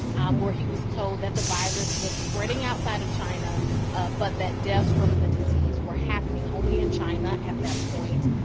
um where he was told that the virus was spreading outside of china ah but that deaths from the disease were happening only in china at that point.